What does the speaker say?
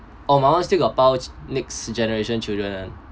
oh my one still got pouch next generation children ah